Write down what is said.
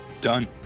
Done